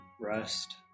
rest